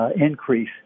increase